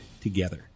together